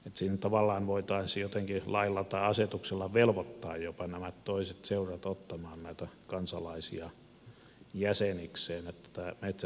siinä tavallaan voitaisiin jotenkin lailla tai asetuksella jopa velvoittaa nämä toiset seurat ottamaan näitä kansalaisia jäsenikseen että metsästysoikeus säilyisi